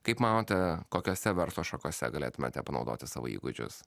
kaip manote kokiose verslo šakose galėtumėte panaudoti savo įgūdžius